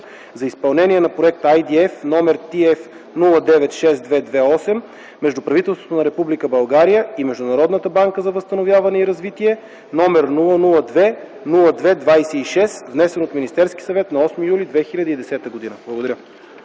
за изпълнение на проект IDF № TF-096228 между правителството на Република България и Международната банка за възстановяване и развитие, № 002-02-26, внесен от Министерския съвет на 8 юли 2010 г.”. Благодаря.